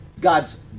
God's